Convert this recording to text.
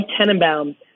Tenenbaum